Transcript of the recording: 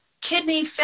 kidney